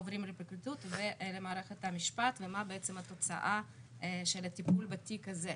עוברים לפרקליטות ולמערכת המשפט ומה בעצם התוצאה של הטפול בתיק הזה.